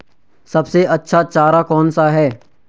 सबसे अच्छा चारा कौन सा है?